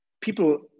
people